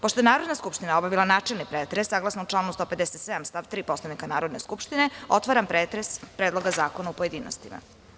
Pošto je Narodna skupština obavila načelni pretres, saglasno članu 157. stav 3. Poslovnika Narodne skupštine, otvaram pretres Predloga zakona u pojedinostima.